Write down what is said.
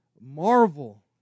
marvel